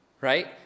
Right